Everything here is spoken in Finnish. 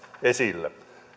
esille